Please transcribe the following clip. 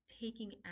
taking